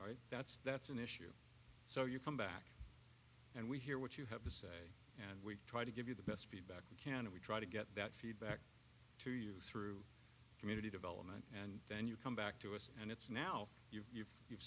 right that's that's an issue so you come back and we hear what you have to send we try to give you the best feedback we can and we try to get that feedback to use through community development and then you come back to us and it's now you've you've